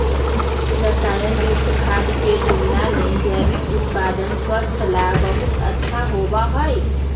रसायन युक्त खाद्य के तुलना में जैविक उत्पाद स्वास्थ्य ला बहुत अच्छा होबा हई